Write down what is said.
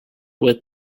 with